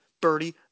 birdie